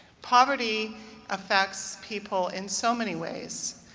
poverty affects people in so many ways,